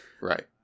Right